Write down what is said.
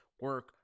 Work